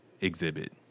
exhibit